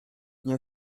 nie